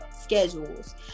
schedules